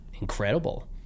incredible